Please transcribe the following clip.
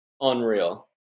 unreal